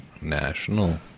National